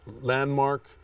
landmark